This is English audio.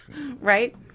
Right